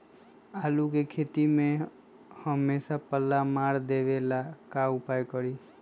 आलू के खेती में हमेसा पल्ला मार देवे ला का उपाय करी?